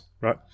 Right